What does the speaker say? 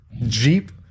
jeep